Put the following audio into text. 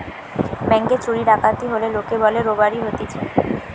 ব্যাংকে চুরি ডাকাতি হলে লোকে বলে রোবারি হতিছে